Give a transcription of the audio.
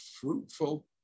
fruitful